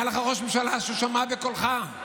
היה לך ראש ממשלה ששמע בקולך,